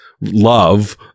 Love